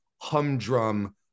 humdrum